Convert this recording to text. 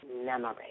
memory